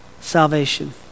salvation